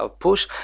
push